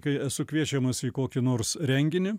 kai esu kviečiamas į kokį nors renginį